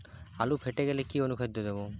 আলু ফেটে গেলে কি অনুখাদ্য দেবো?